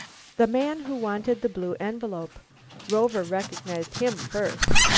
the man who wanted the blue envelope rover recognized him first.